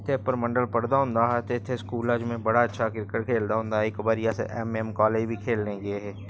इत्थै परमंडल पढ़दा होंदा हा ते इत्थै स्कूलै च में बड़ा अच्छा क्रिकट खेढदा होंदा हा इक बारी S M A M college बी खेलने गे हे